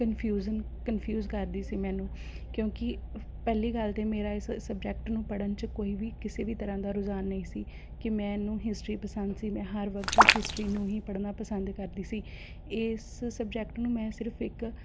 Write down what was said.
confusion confuse ਕਰਦੀ ਸੀ ਮੈਨੂੰ ਕਿਉਂਕਿ ਪਹਿਲੀ ਗੱਲ ਤਾਂ ਮੇਰਾ ਇਹ ਸ ਸਬਜੈਕਟ ਨੂੰ ਪੜ੍ਹਨ 'ਚ ਕੋਈ ਵੀ ਕਿਸੇ ਵੀ ਤਰ੍ਹਾਂ ਦਾ ਰੁਝਾਨ ਨਹੀਂ ਸੀ ਕਿ ਮੈਨੂੰ ਹਿਸਟਰੀ ਪਸੰਦ ਸੀ ਮੈਂ ਹਰ ਵਕਤ ਹੀ ਹਿਸਟਰੀ ਨੂੰ ਹੀ ਪੜ੍ਹਨਾ ਪਸੰਦ ਕਰਦੀ ਸੀ ਇਸ ਸਬਜੈਕਟ ਨੂੰ ਮੈਂ ਸਿਰਫ਼ ਇੱਕ